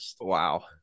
Wow